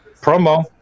promo